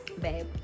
Babe